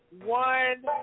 one